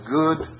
good